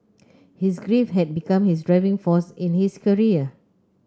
his grief had become his driving force in his career